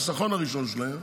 החיסכון הראשון שלהם,